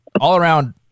all-around